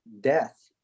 death